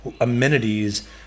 amenities